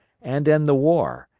and end the war,